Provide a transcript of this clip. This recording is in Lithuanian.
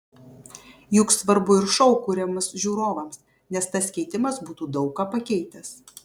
juk svarbu ir šou kuriamas žiūrovams nes tas keitimas būtų daug ką pakeitęs